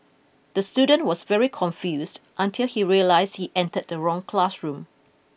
the student was very confuse until he realise he entered the wrong classroom